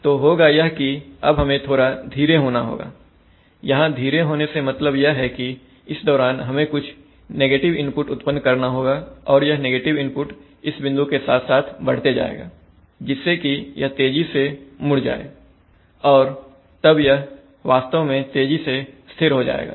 तो होगा यह की अब हमें थोड़ा धीरे होना होगा यहां धीरे होने से मतलब यह है कि इस दौरान हमें कुछ नेगेटिव इनपुट उत्पन्न करना होगा और यह नेगेटिव इनपुट इस बिंदु के साथ साथ बढ़ते जाएगा जिससे कि यह तेजी से मुड़ जाए और तब यह वास्तव में तेजी से स्थिर हो जाएगा